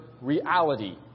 reality